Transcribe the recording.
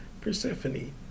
Persephone